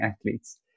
athletes